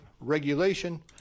regulation